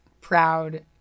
proud